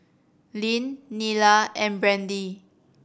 Lyn Nila and Brandi